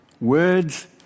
Words